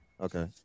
Okay